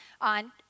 on